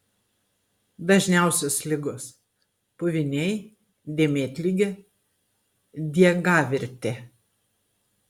dažniausios ligos puviniai dėmėtligė diegavirtė